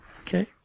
Okay